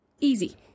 easy